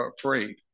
afraid